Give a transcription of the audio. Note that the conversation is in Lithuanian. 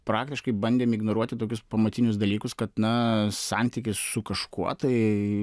praktiškai bandėm ignoruoti tokius pamatinius dalykus kad na santykis su kažkuo tai